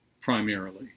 primarily